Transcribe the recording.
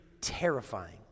terrifying